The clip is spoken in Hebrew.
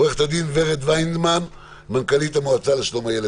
עורכת הדין ורד וינמן מנכ"לית המועצה לשלום הילד,